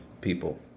people